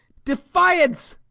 defiance!